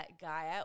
Gaia